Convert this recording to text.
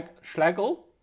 Schlegel